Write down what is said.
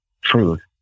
truth